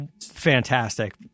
fantastic